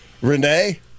Renee